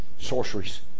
Sorceries